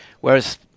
whereas